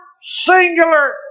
singular